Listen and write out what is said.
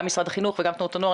גם משרד החינוך וגם תנועות הנוער,